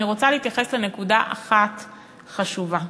אני רוצה להתייחס לנקודה אחת חשובה: